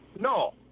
No